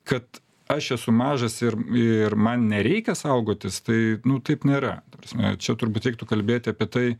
kad aš esu mažas ir ir man nereikia saugotis tai nu taip nėra ta prasme čia turbūt reiktų kalbėti apie tai